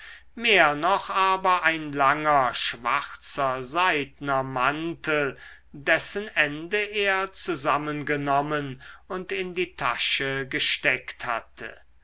mehr noch aber ein langer schwarzer seidner mantel dessen ende er zusammengenommen und in die tasche gesteckt hatte